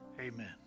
amen